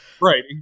right